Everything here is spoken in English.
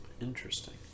Interesting